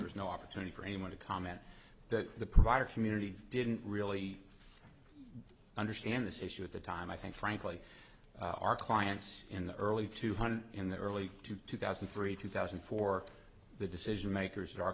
there's no opportunity for anyone to comment that the provider community didn't really understand this issue at the time i think frankly our clients in the early two hundred in the early to two thousand and three two thousand for the decision makers a